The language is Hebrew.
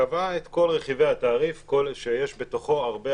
קבעה את כל רכיבי התעריף שיש בתוכו הרבה